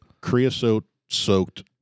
creosote-soaked